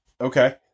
Okay